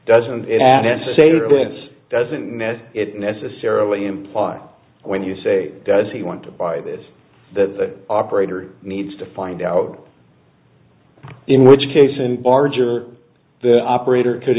it doesn't mean that it necessarily imply when you say does he want to buy this that the operator needs to find out in which case and barger the operator could